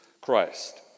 Christ